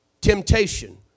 temptation